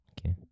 okay